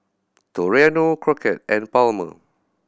Toriano Crockett and Palmer